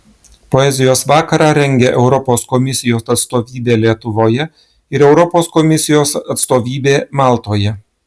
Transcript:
poezijos vakarą rengia europos komisijos atstovybė lietuvoje ir europos komisijos atstovybė maltoje